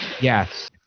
Yes